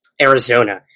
arizona